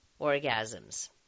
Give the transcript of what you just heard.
orgasms